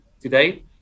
today